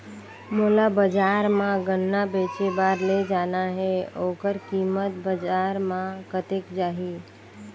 मोला बजार मां गन्ना बेचे बार ले जाना हे ओकर कीमत बजार मां कतेक जाही?